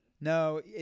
No